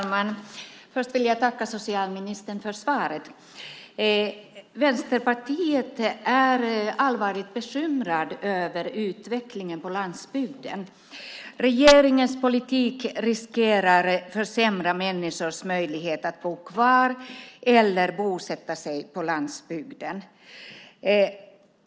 Fru talman! Först vill jag tacka socialministern för svaret. Vi i Vänsterpartiet är allvarligt bekymrade över utvecklingen på landsbygden. Regeringens politik riskerar att försämra människors möjlighet att bo kvar eller bosätta sig på landsbygden.